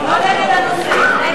בממשלה לא נתקבלה.